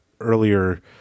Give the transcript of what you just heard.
earlier